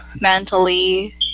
mentally